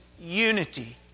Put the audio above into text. unity